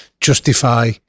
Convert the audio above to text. justify